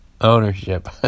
Ownership